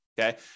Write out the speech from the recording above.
okay